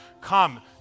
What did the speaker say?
Come